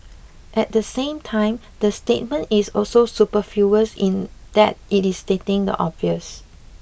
at the same time the statement is also superfluous in that it is stating the obvious